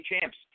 champs